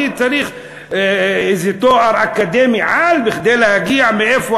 אני צריך איזה תואר אקדמי-על כדי להגיע מאיפה